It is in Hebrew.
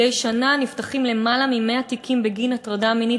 מדי שנה נפתחים למעלה מ-100 תיקים בגין הטרדה מינית